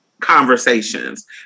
conversations